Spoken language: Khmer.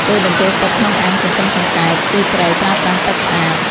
ពេលបញ្ចូលទឹកក្នុងអាងចិញ្ចឹមកង្កែប គឺត្រូវប្រើប្រាស់ទឹកស្អាត។